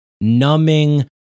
numbing